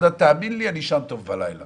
ועולה שהתרומה למשק הישראלי היא 2.3 מיליארד